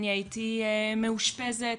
הייתי מאושפזת,